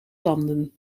landen